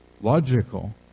logical